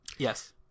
Yes